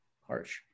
harsh